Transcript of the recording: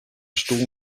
stoel